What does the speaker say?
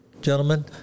gentlemen